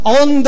on